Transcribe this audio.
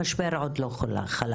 המשבר עוד לא חלף,